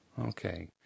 Okay